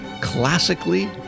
classically